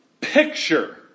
picture